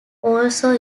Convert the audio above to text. also